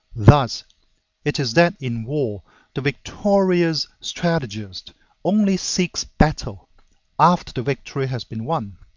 thus it is that in war the victorious strategist only seeks battle after the victory has been won,